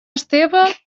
esteve